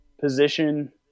position